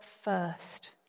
first